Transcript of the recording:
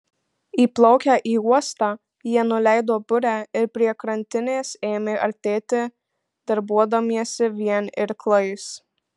įplaukę į uostą jie nuleido burę ir prie krantinės ėmė artėti darbuodamiesi vien irklais